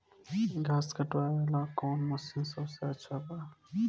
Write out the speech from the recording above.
घास काटे वाला कौन मशीन सबसे अच्छा बा?